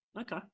Okay